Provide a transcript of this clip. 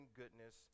goodness